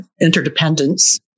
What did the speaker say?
interdependence